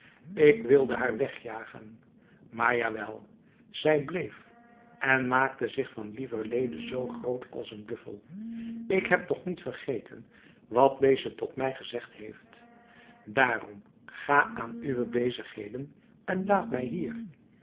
ik wilde haar wegjagen maar ja wel zij bleef en maakte zich van lieverlede zoo groot als een buffel ik heb nog niet vergeten wat deze tot mij gezegd heeft daarom ga aan uwe bezigheden en laat mij hier